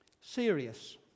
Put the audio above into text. Serious